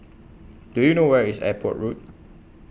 Do YOU know Where IS Airport Road